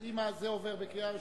אם זה עובר בקריאה ראשונה,